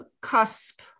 cusp